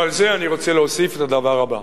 ועל זה אני רוצה להוסיף את הדבר הבא: